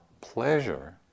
pleasure